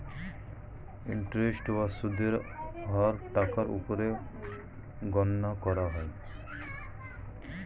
interest বা সুদের হার টাকার উপর গণনা করা হয়